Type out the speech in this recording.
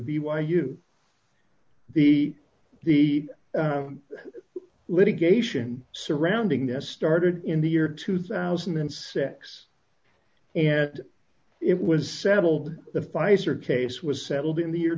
you the the litigation surrounding that started in the year two thousand and six and it was settled the pfizer case was settled in the year